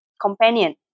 companion